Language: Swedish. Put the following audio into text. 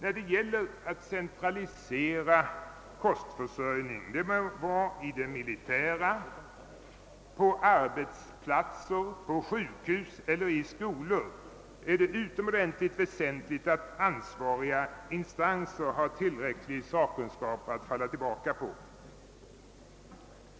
När det gäller att centralisera kostförsörjning, det må vara i det militära, på arbetsplatser, på sjukhus eller i skolor är det utomordentligt väsentligt att ansvariga instanser har tillräcklig sakkunskap att falla tillbaka på.